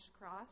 cross